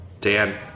Dan